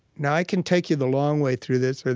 now, i can take you the long way through this,